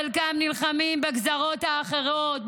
חלקם נלחמים בגזרות האחרות,